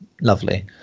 lovely